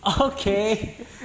Okay